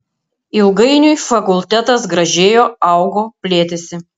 ilgainiui fakultetas gražėjo augo plėtėsi